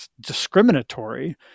discriminatory